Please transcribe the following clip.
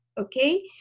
okay